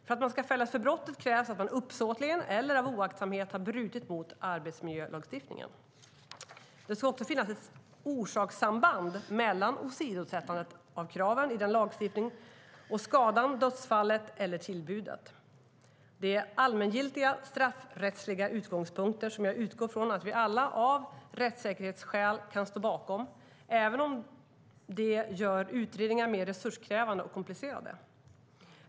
För att man ska fällas för brottet krävs att man uppsåtligen eller av oaktsamhet har brutit mot arbetsmiljölagstiftningen. Det ska också finnas ett orsakssamband mellan åsidosättandet av kraven i den lagstiftningen och skadan, dödsfallet eller tillbudet. Det är allmängiltiga straffrättsliga utgångspunkter, som jag utgår från att vi alla av rättsäkerhetsskäl kan stå bakom, även om det gör utredningar mer resurskrävande och komplicerade.